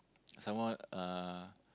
some more uh